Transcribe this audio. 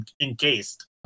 encased